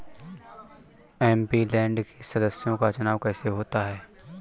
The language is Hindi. एम.पी.लैंड के सदस्यों का चुनाव कैसे होता है?